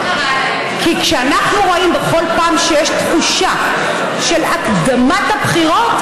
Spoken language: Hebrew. כי אנחנו רואים שבכל פעם שיש תחושה של הקדמת הבחירות,